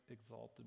exalted